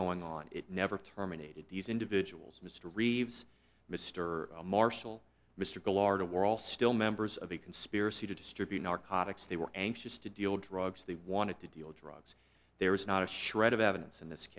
going on it never terminated these individuals mr reeves mr marshall mr goh lardo were all still members of the conspiracy to distribute narcotics they were anxious to deal drugs they wanted to deal drugs there was not a shred of evidence in this